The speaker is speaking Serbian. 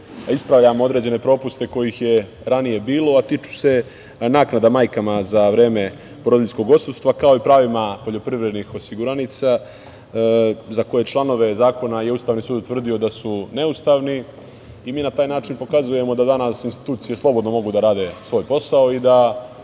ispravljamo određene propuste kojih je ranije bilo, a tiču se naknada majkama za vreme porodiljskog odsustva, kao i pravima poljoprivrednih osiguranica, za koje članove zakona je Ustavni sud utvrdio da su neustavni. Mi na taj način pokazujemo da danas institucije slobodno mogu da rade svoj posao i da,